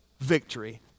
victory